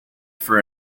for